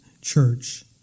church